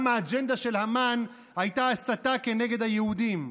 גם האג'נדה של המן הייתה הסתה נגד היהודים.